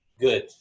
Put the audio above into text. good